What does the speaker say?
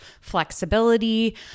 flexibility